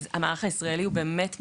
אז המערך הישראלי הוא באמת מצוין.